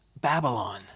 Babylon